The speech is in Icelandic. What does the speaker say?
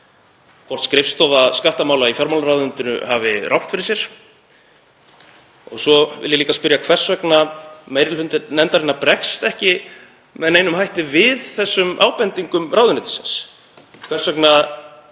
hvort skrifstofa skattamála í fjármálaráðuneytinu hafi rangt fyrir sér. Og svo vil ég líka spyrja hvers vegna meiri hluti nefndarinnar bregst ekki með neinum hætti við þessum ábendingum ráðuneytisins, hvers vegna